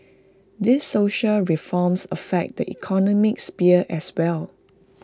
these social reforms affect the economic sphere as well